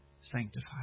sanctified